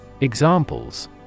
Examples